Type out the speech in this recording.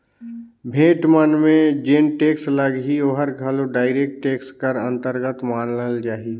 भेंट मन में जेन टेक्स लगही ओहर घलो डायरेक्ट टेक्स कर अंतरगत मानल जाही